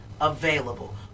available